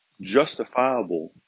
justifiable